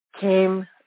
came